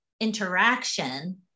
interaction